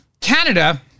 Canada